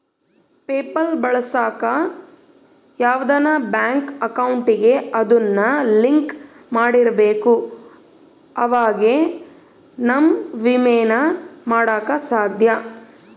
PayPal ಬಳಸಾಕ ಯಾವ್ದನ bank ಅಕೌಂಟಿಗೆ ಅದುನ್ನ ಲಿಂಕ್ ಮಾಡಿರ್ಬಕು ಅವಾಗೆ ಃನ ವಿನಿಮಯ ಮಾಡಾಕ ಸಾದ್ಯ